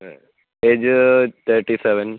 ആ age thirty seven